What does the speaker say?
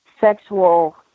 sexual